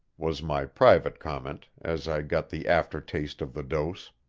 was my private comment, as i got the aftertaste of the dose.